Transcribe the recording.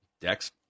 Dex